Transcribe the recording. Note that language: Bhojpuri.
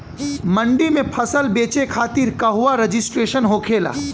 मंडी में फसल बेचे खातिर कहवा रजिस्ट्रेशन होखेला?